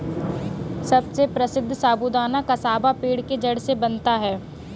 सबसे प्रसिद्ध साबूदाना कसावा पेड़ के जड़ से बनता है